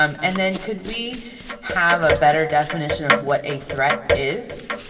um and then could we have a better definition of what a threat is?